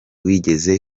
wigeze